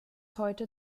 heute